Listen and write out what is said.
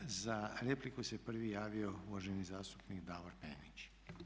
Za repliku se prvi javio uvaženi zastupnik Davor Penić.